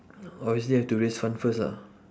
or we still have to raise funds first ah